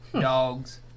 Dogs